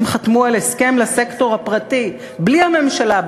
הם חתמו על הסכם לסקטור הפרטי בלי הממשלה,